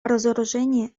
разоружение